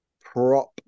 prop